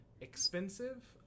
expensive